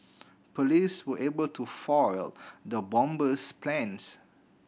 police were able to foil the bomber's plans